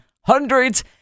hundreds